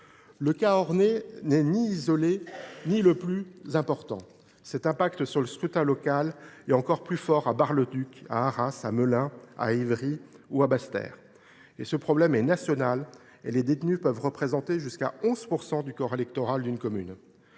Le cas ornais n’est ni isolé ni le plus important. L’impact sur le scrutin local est encore plus fort à Bar le Duc, à Arras, à Melun, à Évry Courcouronnes ou à Basse Terre : ce problème est national, les détenus pouvant parfois représenter jusqu’à 11 % du corps électoral d’une commune.